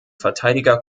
verteidiger